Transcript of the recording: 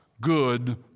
good